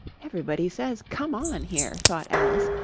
everybody says come on! here thought alice,